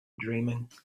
dreaming